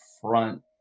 front